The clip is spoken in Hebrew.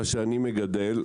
מה שאני מגדל,